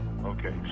Okay